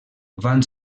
van